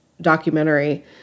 documentary